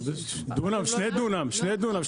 שני דונם, שלושה דונם.